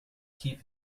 keep